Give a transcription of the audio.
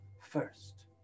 First